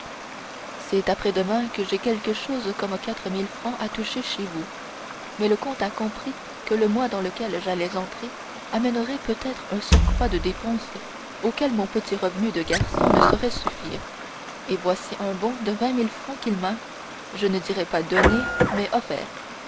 c'est après-demain que j'ai quelque chose comme quatre mille francs à toucher chez vous mais le comte a compris que le mois dans lequel j'allais entrer amènerait peut-être un surcroît de dépenses auquel mon petit revenu de garçon ne saurait suffire et voici un bon de vingt mille francs qu'il m'a je ne dirai pas donné mais